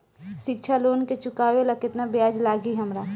शिक्षा लोन के चुकावेला केतना ब्याज लागि हमरा?